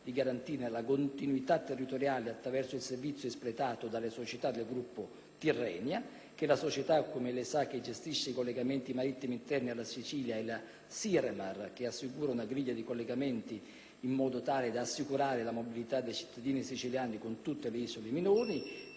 di garantire la continuità territoriale attraverso il servizio espletato dalle società del gruppo Tirrenia. Come lei sa, senatore D'Alia, la società che gestisce i collegamenti marittimi interni alla Sicilia è la Siremar, che assicura una griglia di collegamenti, garantendo così la mobilità dei cittadini siciliani, con tutte le isole minori